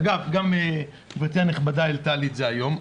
אגב, גם גברתי הנכבדה הראתה לי את זה היום.